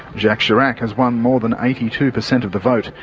jacques chirac has won more than eighty two percent of the vote.